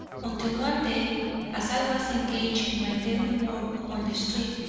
until one day as i was engaged in my daily work on the street,